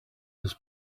its